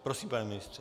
Prosím, pane ministře.